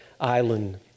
Island